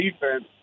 defense